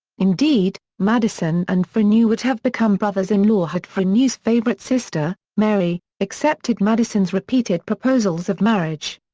indeed, madison and freneau would have become brothers-in-law had freneau's favorite sister, mary, accepted madison's repeated proposals of marriage.